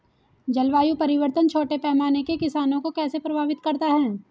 जलवायु परिवर्तन छोटे पैमाने के किसानों को कैसे प्रभावित करता है?